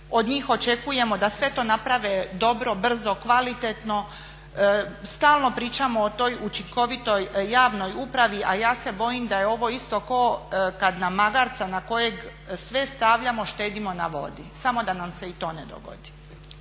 od njih očekujemo da sve to naprave dobro, brzo, kvalitetno. Stalno pričamo o toj učinkovitoj javnoj upravi a ja se bojim da je ovo isto ko kad na magarca na kojeg sve stavljamo štedimo na vodi. Samo da nam se i to ne dogodi.